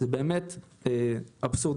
תחתור לסיום.